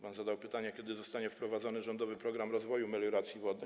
Pan zadał pytanie o to, kiedy zostanie wprowadzony rządowy program rozwoju melioracji wodnych.